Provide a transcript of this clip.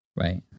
Right